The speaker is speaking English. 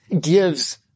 gives